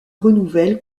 renouvelle